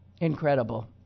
Incredible